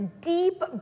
deep